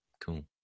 Cool